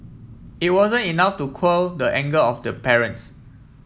it wasn't enough to quell the anger of the parents